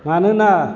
मानोना